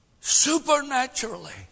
supernaturally